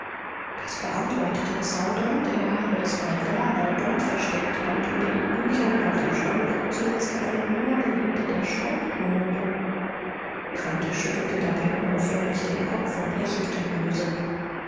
caspar antwortete zaudernd er habe es bald da bald dort versteckt bald unter den büchern bald im schrank zuletzt an einem nagel hinter der schreibkommode quandt schüttelte dabei unaufhörlich den kopf und lächelte böse